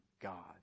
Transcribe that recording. God